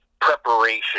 preparation